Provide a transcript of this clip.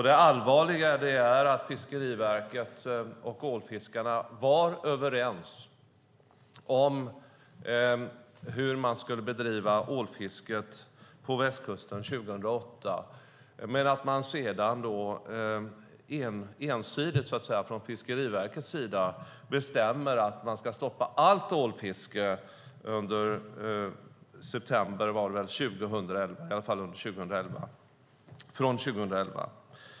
Det allvarliga är att Fiskeriverket och ålfiskarna var överens om hur man skulle bedriva ålfisket på västkusten 2008 men att Fiskeriverket sedan ensidigt bestämde att de skulle stoppa allt ålfiske från september 2011.